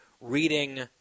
reading